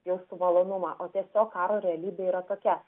jaustų malonumą o tiesiog karo realybė yra tokia